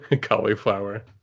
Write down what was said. Cauliflower